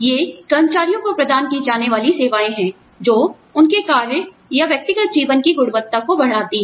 ये कर्मचारियों को प्रदान की जाने वाली सेवाएँ हैं जो उनके कार्य या व्यक्तिगत जीवन की गुणवत्ता को बढ़ाती हैं